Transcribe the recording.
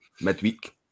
midweek